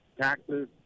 taxes